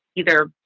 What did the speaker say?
either,